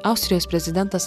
austrijos prezidentas